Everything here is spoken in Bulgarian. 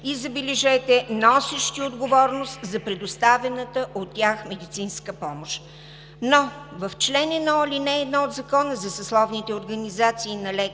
и, забележете, носещи отговорност за предоставената от тях медицинска помощ“. Но в чл. 1, ал. 1 от Закона за съсловните организации на лекарите